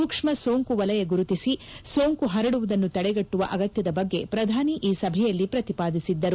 ಸೂಕ್ಷ್ಣ ಸೋಂಕು ವಲಯ ಗುರುತಿಸಿ ಸೋಂಕು ಹರಡುವುದನ್ನು ತಡೆಗಟ್ಟುವ ಅಗತ್ತದ ಬಗ್ಗೆ ಪ್ರಧಾನಿ ಈ ಸಭೆಯಲ್ಲಿ ಪ್ರತಿಪಾದಿಸಿದ್ದರು